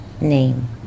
name